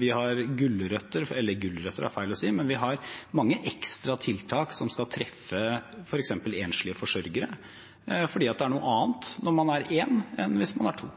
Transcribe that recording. Vi har gulrøtter – eller gulrøtter er feil å si, men vi har mange ekstra tiltak som skal treffe f.eks. enslige forsørgere, fordi det er noe annet når man er én enn hvis man er to.